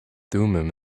thummim